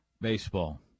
baseball